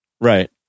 Right